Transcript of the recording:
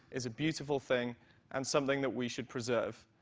is a beautiful thing and something that we should preserve.